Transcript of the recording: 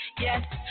Yes